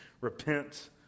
Repent